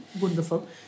wonderful